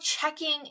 checking